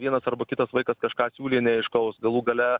vienas arba kitas vaikas kažką siūlė neaiškaus galų gale